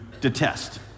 detest